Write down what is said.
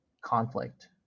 conflict